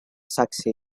saxe